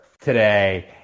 today